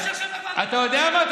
תביא את הפרטים, אתה יודע מה?